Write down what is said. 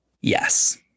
Yes